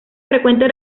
frecuente